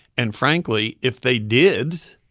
and frankly, if they did,